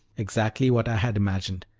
exactly what i had imagined.